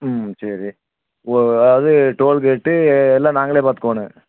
ம் சரி அதாவது டோல்கேட்டு எல்லாம் நாங்கள் பாத்துக்கணும்